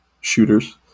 shooters